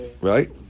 right